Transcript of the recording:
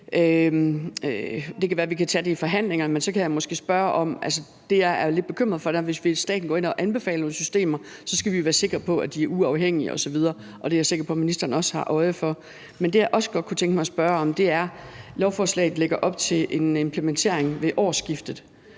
det kan være, at vi kan tage det i forhandlingerne. Men det, jeg er lidt bekymret for, er, hvis staten går ind og anbefaler nogle systemer. Så skal vi jo være sikre på, at de er uafhængige osv., og det er jeg sikker på at ministeren også har øje for. Men det, jeg også godt kunne tænke mig at spørge om, er, at lovforslaget lægger op til en implementering ved årsskiftet.